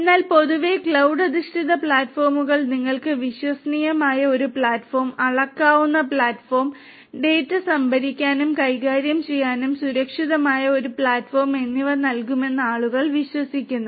എന്നാൽ പൊതുവെ ക്ലൌഡ് അധിഷ്ഠിത പ്ലാറ്റ്ഫോമുകൾ നിങ്ങൾക്ക് വിശ്വസനീയമായ ഒരു പ്ലാറ്റ്ഫോം അളക്കാവുന്ന പ്ലാറ്റ്ഫോം ഡാറ്റ സംഭരിക്കാനും കൈകാര്യം ചെയ്യാനും സുരക്ഷിതമായ ഒരു പ്ലാറ്റ്ഫോം എന്നിവ നൽകുമെന്നും ആളുകൾ വിശ്വസിക്കുന്നു